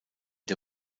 der